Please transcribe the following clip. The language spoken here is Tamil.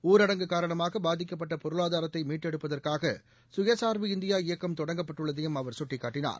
ஊரடங்கு காரணமாகபாதிக்கப்பட்டபொருளாதாரத்தைமீட்டெடுப்பதற்காகசுயசாா்பு இந்தியா இயக்கம் தொடங்கப்பட்டுள்ளதையும் அவர் சுட்டிக்காட்டினார்